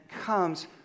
comes